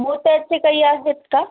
मोत्याचे काही आहेत का